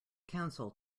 council